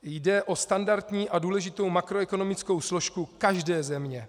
Jde o standardní a důležitou makroekonomickou složku každé země.